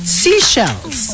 seashells